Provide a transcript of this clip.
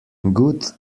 good